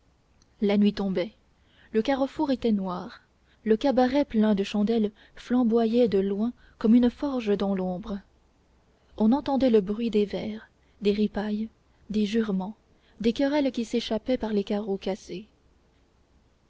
la nuit tombait le carrefour était noir le cabaret plein de chandelles flamboyait de loin comme une forge dans l'ombre on entendait le bruit des verres des ripailles des jurements des querelles qui s'échappait par les carreaux cassés